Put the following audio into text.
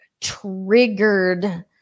triggered